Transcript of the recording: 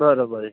બરાબર